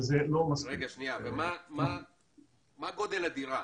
מה גודל הדירה?